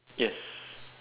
yes